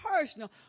personal